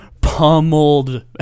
pummeled